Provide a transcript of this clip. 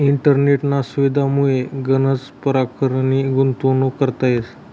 इंटरनेटना सुविधामुये गनच परकारनी गुंतवणूक करता येस